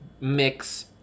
mix